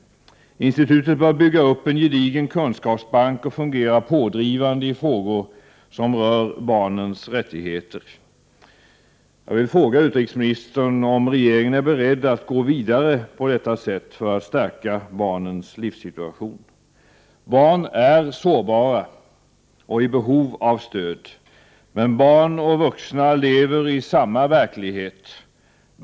Institutet bör bygga upp en gedigen kunskapsbank och fungera pådrivande i frågor som rör barnens rättigheter. Jag vill fråga utrikesministern om regeringen är beredd att gå vidare på detta sätt för att förbättra barnens livssituation. Barn är sårbara och i behov av stöd. Men barn och vuxna lever i samma verklighet.